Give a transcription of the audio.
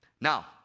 Now